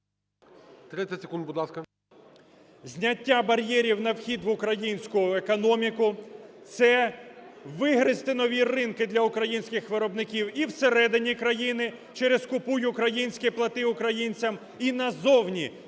30 секунд, будь ласка. ГАЛАСЮК В.В. Зняття бар'єрів на вхід в українську економіку – це вигризти нові ринки для українських виробників і всередині країни через "Купуй українське, плати українцям", і назовні